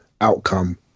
outcome